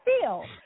feel